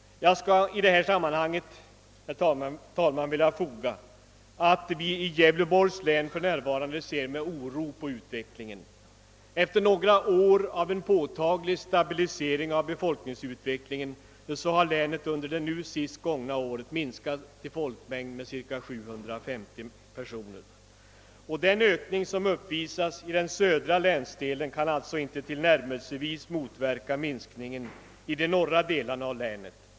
Jag skulle i detta sammanhang, herr talman, vilja tillfo ga att vi i Gävleborgs län för närvarande med oro ser på utvecklingen. Efter några år av en påtaglig stabilisering av befolkningsutvecklingen har länet under det sist gångna året minskat i folkmängd med cirka 750 personer. Den ökning som uppvisats i den södra länsdelen har alltså inte tillnärmelsevis motverkat minskningen i de norra delarna av länet.